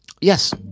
Yes